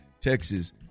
Texas